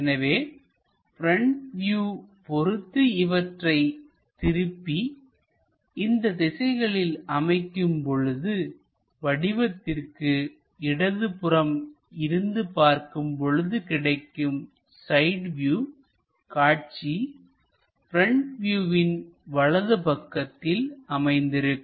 எனவே front view பொறுத்து இவற்றை திருப்பி இந்த திசைகளில் அமைக்கும் பொழுது வடிவத்திற்கு இடது புறம் இருந்து பார்க்கும் பொழுது கிடைக்கும் சைட் வியூ காட்சி ப்ரெண்ட் வியூவின் வலது பக்கத்தில் அமைந்திருக்கும்